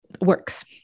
works